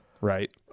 right